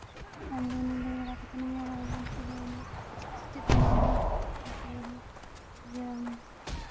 ᱟᱨ ᱫᱚ ᱩᱱᱤ ᱞᱟᱹᱭ ᱵᱟᱲᱟ ᱠᱟᱛᱮᱫ ᱜᱮ ᱟᱵᱚ ᱦᱚᱸᱵᱚᱱ ᱤᱭᱟᱹᱭ ᱱᱟ ᱥᱮᱪᱮᱫ ᱮᱱᱟ ᱵᱚᱱ ᱤᱭᱟᱹ